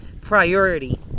priority